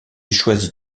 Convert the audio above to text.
choisit